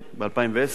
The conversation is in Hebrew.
ב-2010,